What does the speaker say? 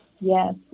yes